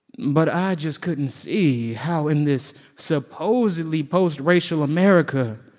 but i just couldn't see how in this supposedly post-racial america,